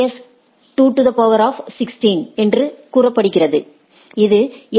S two to the power 16 என்று கூறப்படுகிறது இது எ